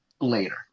later